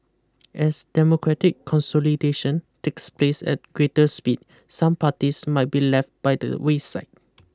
as democratic consolidation takes place at greater speed some parties might be left by the wayside